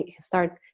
start